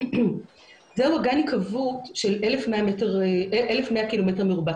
זה אגן היקוות של 1,100 קילומטר מרובע.